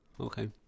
Okay